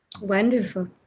Wonderful